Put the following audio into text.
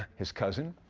his cousin?